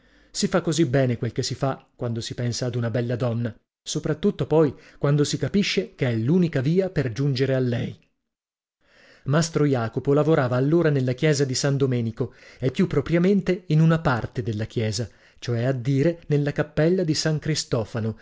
si fa così bene quel che si fa quando si pensa ad una bella donna sopra tutto poi quando si capisce che é l'unica via per giungere a lei mastro jacopo lavorava allora nella chiesa di san domenico e più propriamente in una parte della chiesa cioè a dire nella cappella di san cristofano